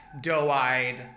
doe-eyed